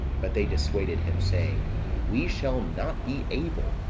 but they dissuaded him, saying we shall not be able,